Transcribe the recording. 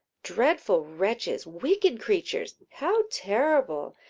dreadful wretches! wicked creatures! how terrible!